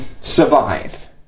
survive